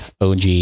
OG